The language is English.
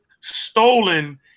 stolen